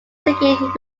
seeking